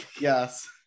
yes